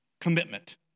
commitment